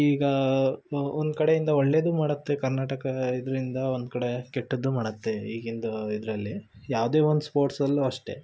ಈಗ ಒ ಒಂದು ಕಡೆಯಿಂದ ಒಳ್ಳೆಯದು ಮಾಡುತ್ತೆ ಕರ್ನಾಟಕ ಇದರಿಂದ ಒಂದು ಕಡೆ ಕೆಟ್ಟದ್ದೂ ಮಾಡುತ್ತೆ ಈಗಿನದು ಇದರಲ್ಲಿ ಯಾವ್ದೇ ಒಂದು ಸ್ಪೋಟ್ಸಲ್ಲೂ ಅಷ್ಟೇ